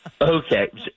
Okay